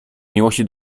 miłości